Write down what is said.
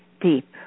deep